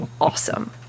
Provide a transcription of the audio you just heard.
awesome